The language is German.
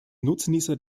nutznießer